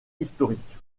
historique